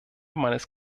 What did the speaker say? meines